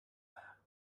there